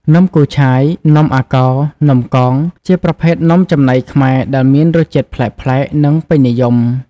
នំគូឆាយ នំអាកោរ នំកង ជាប្រភេទនំចំណីខ្មែរដែលមានរសជាតិប្លែកៗ និងពេញនិយម ។